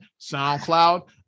SoundCloud